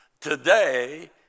Today